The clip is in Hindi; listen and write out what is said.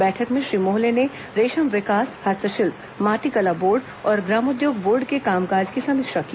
बैठक में श्री मोहले ने रेशम विकास हस्तशिल्प माटीकला बोर्ड और ग्रामोद्योग बोर्ड के काम काज की समीक्षा की